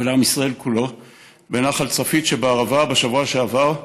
ולעם ישראל כולו בנחל צפית שבערבה בשבוע שעבר,